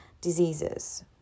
diseases